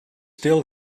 still